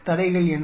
தடைகள் என்ன